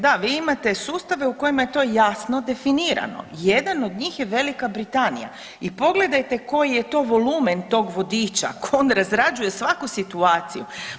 Da, vi imate sustave u kojima je to jasno definirano, jedan od njih je Velika Britanija i pogledajte koji je to volumen tog vodiča ako on razrađuje svaku situaciju.